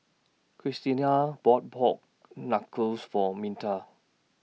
Christiana bought Pork Knuckles For Minta